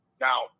Now